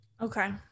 Okay